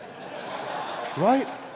Right